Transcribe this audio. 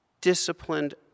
disciplined